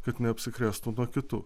kad neapsikrėstų nuo kitų